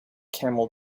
camel